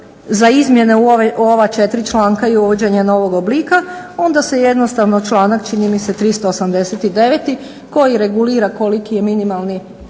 za izmjene u ova četiri članka i uvođenje novog oblika. Onda se jednostavno članak, čini mi se 389. koji regulira koliki je minimalni